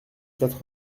quatre